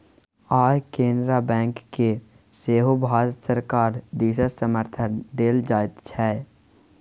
आय केनरा बैंककेँ सेहो भारत सरकार दिससँ समर्थन देल जाइत छै